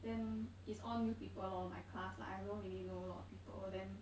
then is all new people lor my class lah I don't really know a lot of people then